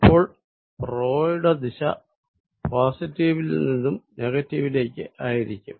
അപ്പോൾ യുടെ ദിശ പോസിറ്റീവ് ൽ നിന്നും നെഗറ്റീവിലേക്ക് ആയിരിക്കും